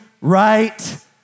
right